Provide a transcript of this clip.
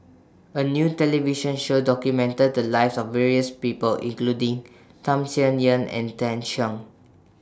A New television Show documented The Lives of various People including Tham Sien Yen and Tan Shen